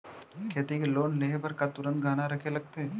खेती के लोन लेहे बर का तुरंत गहना रखे लगथे?